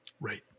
Right